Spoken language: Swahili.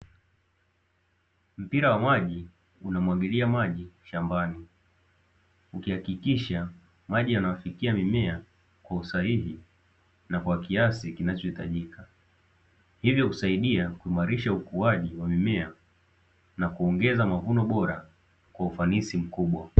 Mpira wa maji unamwagilia maji shambani ukihakikisha maji yanaufikia mmea kwa usahihi na kwa kiasi kinachohitajika. Hivyo husaidia kuimarisha ukuaji wa mimea na kuongeza mavuno bora kwa ufanisi mkubwa.